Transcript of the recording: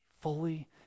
fully